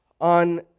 on